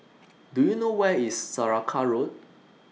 Do YOU know Where IS Saraca Road